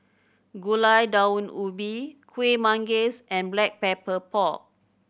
Gulai Daun Ubi Kuih Manggis and Black Pepper Pork